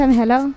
Hello